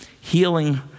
healing